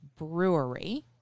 Brewery